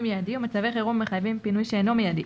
מיידי ומצבי חירום המחייבים פינוי שאינו מיידי,